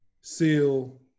Seal